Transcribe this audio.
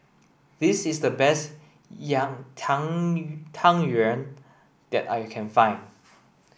this is the best Tang Yuen that I can find